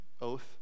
Oath